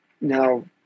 Now